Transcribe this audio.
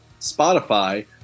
Spotify